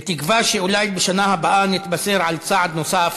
בתקווה שאולי בשנה הבאה נתבשר על צעד נוסף